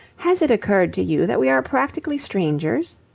has it occurred to you that we are practically strangers?